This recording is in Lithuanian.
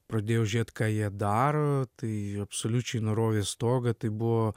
pradėjau žiūrėt ką jie daro tai absoliučiai nurovė stogą tai buvo